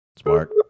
Smart